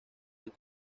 del